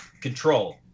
Control